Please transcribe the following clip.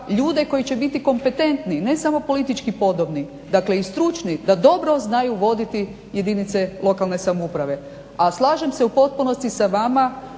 ljude koji će biti kompetentni, ne samo politički podobni, dakle i stručni, da dobro znaju voditi jedinice lokalne samouprave. A slažem se u potpunosti sa vama